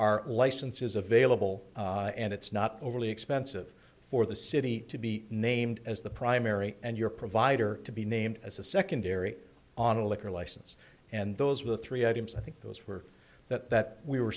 are licenses available and it's not overly expensive for the city to be named as the primary and your provider to be named as a secondary on a liquor license and those were the three items i think those were that we were